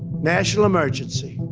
national emergency.